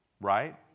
right